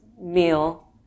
meal